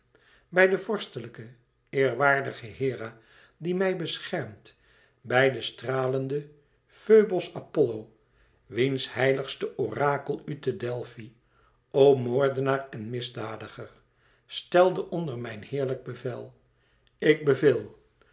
bij de vorstelijke eerwaardige hera die mij beschermt bij den stralenden foibosapollo wiens heiligste orakel u te delfi o moordenaar en misdadiger stelde onder mijn heerlijk bevel ik beveel